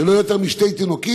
של לא יותר משני תינוקות,